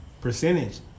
Percentage